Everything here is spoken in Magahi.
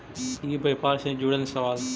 ई व्यापार से जुड़ल सवाल?